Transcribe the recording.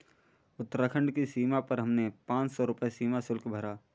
उत्तराखंड की सीमा पर हमने पांच सौ रुपए सीमा शुल्क भरा